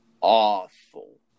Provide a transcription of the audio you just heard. awful